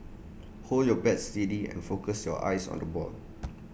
hold your bat steady and focus your eyes on the ball